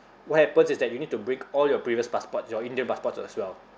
what happens is that you need to bring all your previous passports your indian passports as well